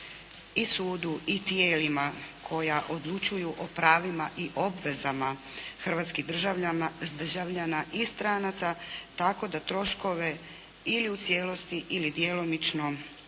i sudu i tijelima koja odlučuju o pravima i obvezama hrvatskih državljana i stranaca tako da troškove ili u cijelosti ili djelomično